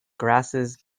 grasses